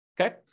Okay